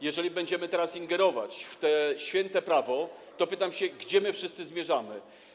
Jeżeli będziemy teraz ingerować w to święte prawo, to pytam się: Gdzie my wszyscy zmierzamy?